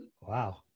Wow